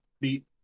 beat